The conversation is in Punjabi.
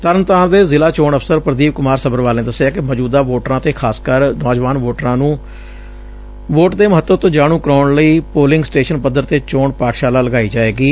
ਤਰਨਤਾਰਨ ਦੇ ਜ਼ਿਲ੍ਹਾ ਚੋਣ ਅਫ਼ਸਰ ਪ੍ਰਦੀਪ ਕੁਮਾਰ ਸੱਭਰਵਾਲ ਨੇ ਦਸਿਐ ਕਿ ਮੌਜੁਦਾ ਵੋਟਰਾ ਤੇ ਖ਼ਾਸਕਰ ਨੌਜਵਾਨਾਂ ਨੂੰ ਵੋਟ ਦੇਂ ਮਹੱਤਵ ਤੋਂ ਜਾਣ ਕਰਵਾਉਣ ਲਈ ਪੋਲਿੰਗ ਸਟੇਸ਼ਨ ਪੱਧਰ ਤੇ ਚੋਣ ਪਾਠਸ਼ਾਲਾ ਲਗਾਈ ਜਾਵੇਗੀ